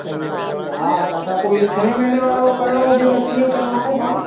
सही आहे सही आहे हा दादा पोइ इहो छहें महींने वारो करिणो हुजे त कीअं कयूं हाणे पाण